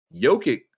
Jokic